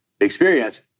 experience